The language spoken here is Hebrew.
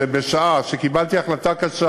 שבשעה שקיבלתי החלטה קשה